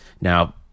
now